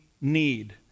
need